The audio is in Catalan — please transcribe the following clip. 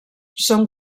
són